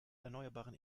erneuerbaren